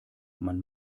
man